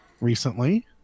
recently